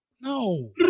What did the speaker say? No